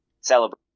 celebrate